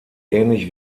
ähnlich